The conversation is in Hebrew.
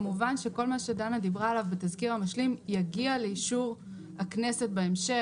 כמובן שכל מה שדנה דיברה עליו בתזכיר המשלים יגיע לאישור הכנסת בהמשך.